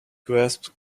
grasped